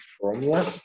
formula